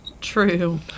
True